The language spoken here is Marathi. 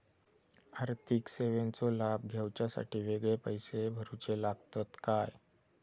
आर्थिक सेवेंचो लाभ घेवच्यासाठी वेगळे पैसे भरुचे लागतत काय?